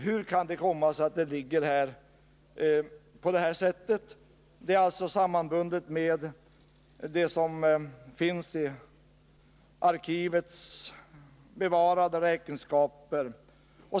Hur kan det komma sig att allt detta finns sammanbundet med arkivets bevarade räkenskaper?